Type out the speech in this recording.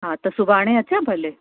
हा त सुभाणे अचां भले